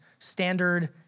standard